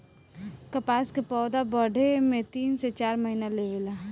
कपास के पौधा बढ़े में तीन से चार महीना लेवे ला